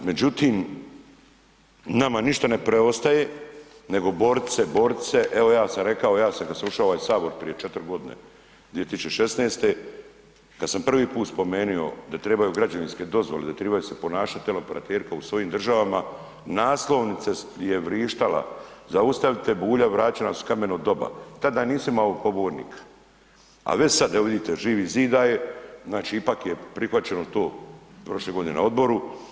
Međutim, nama ništa ne preostaje nego borit se, borit se, evo ja sam rekao, ja sam kad sam ušao u ovaj Sabor prije četiri godine, 2016.-te, kad sam prvi put spomenuo da trebaju građevinske dozvole, da tribaju se ponašat teleoperateri kao u svojim državama, naslovnica je vrištala Zaustavite Bulja, vratit će nas u kameno doba, tada nisam imao pobornika, a već sad, evo vidite Živi zid daje, znači ipak je prihvaćeno to prošle godine na Odboru.